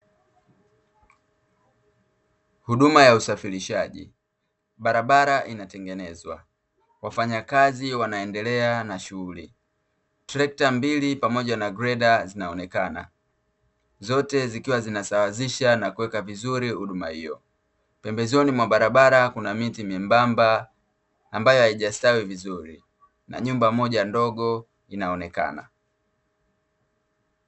Huduma ya usafirishaji. Barabara inatengenezwa, wafanyakazi wanaendelea na shughuli, trekta mbili pamoja na greda zinaonekana zote zikiwa zinasawazisha nakuweka vizuri huduma hiyo, pembezoni mwa barabara kuna miti myembamba ambayo haijastawi vizuri na nyumba moja ndogo inaonekana.